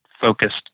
focused